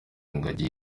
ingagi